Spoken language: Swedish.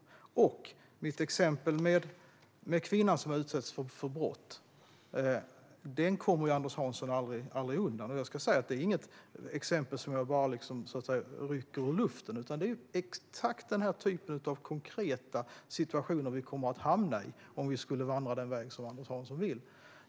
När det gäller mitt exempel med en kvinna som utsatts för brott kommer Anders Hansson inte undan. Och det här är inget exempel som jag rycker ur luften, utan det är exakt sådana konkreta situationer som vi kommer att hamna i om vi vandrar den väg Anders Hansson vill.